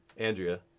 Andrea